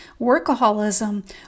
workaholism